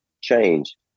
change